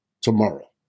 tomorrow